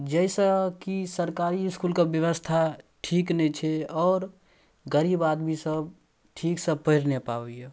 जाहिसँ की सरकारी इसकुलके व्यवस्था ठीक नहि छै आओर गरीब आदमी सब ठीकसँ पढ़ि नहि पाबैये